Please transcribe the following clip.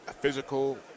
physical